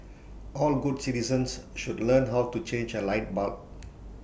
all good citizens should learn how to change A light bulb